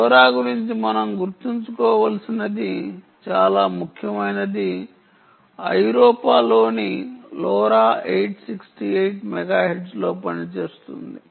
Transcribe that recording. LoRa గురించి మనం గుర్తుంచుకోవలసినది చాలా ముఖ్యమైనది ఐరోపాలోని లోరా 868 మెగాహెర్ట్జ్లో పనిచేస్తుంది